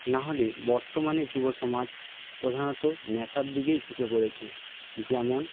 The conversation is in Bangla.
নাহলে বর্তমানে যুব সমাজ প্রধানত নেশার দিকেই ঝুঁকে পড়েছে যেমন